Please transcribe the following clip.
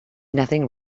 nothing